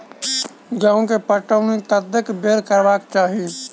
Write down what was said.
गेंहूँ केँ पटौनी कत्ते बेर करबाक चाहि?